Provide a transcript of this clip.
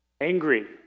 Angry